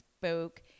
spoke